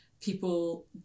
People